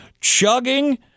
chugging